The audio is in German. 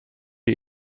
die